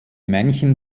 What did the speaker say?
männchen